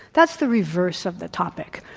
that's the reverse of the topic.